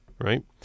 right